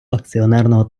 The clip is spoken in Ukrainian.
акціонерного